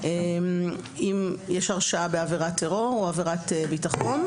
אם יש הרשעה בעבירת טרור או עבירת ביטחון,